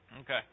Okay